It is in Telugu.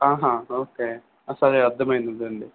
ఆహా ఓకే సరే అర్థమైంది అండి